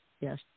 yes